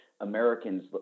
Americans